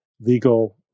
legal